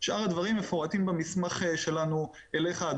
שאר הדברים מפורטים במסמך שלנו אליך.